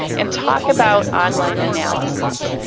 and talk about online analysis.